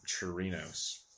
Chirinos